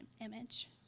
image